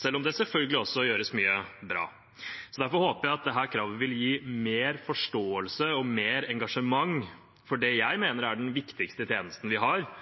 selv om det selvfølgelig også gjøres mye bra. Derfor håper jeg dette kravet vil gi mer forståelse og mer engasjement for det jeg mener er den viktigste tjenesten vi har,